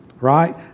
Right